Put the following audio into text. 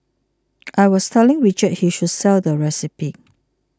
I was telling Richard he should sell the recipe